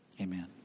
Amen